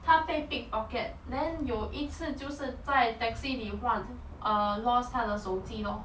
他被 pick pocket then 有一次就是在 taxi 里忘 err lost 他的手机 lor